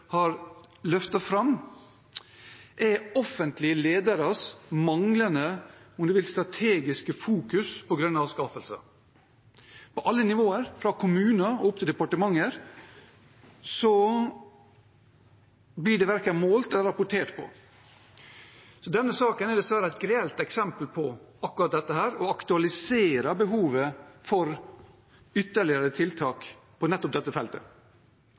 har løftet fram, er offentlige lederes manglende – om du vil – strategiske fokusering på grønne anskaffelser. På alle nivåer, fra kommuner og opp til departementer, blir dette verken målt eller rapportert om. Denne saken er dessverre et grelt eksempel på akkurat dette, og den aktualiserer behovet for ytterligere tiltak på nettopp dette feltet.